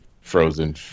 frozen